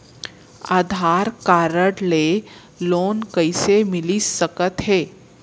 आधार card ले loan कइसे मिलिस सकत हे?